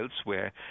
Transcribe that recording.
elsewhere